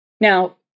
Now